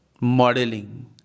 modeling